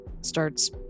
Starts